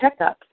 checkups